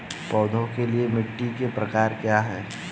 पौधों के लिए मिट्टी के प्रकार क्या हैं?